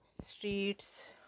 streets